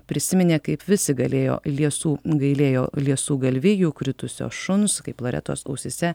prisiminė kaip visi galėjo liesų gailėjo liesų galvijų kritusio šuns kaip loretos ausyse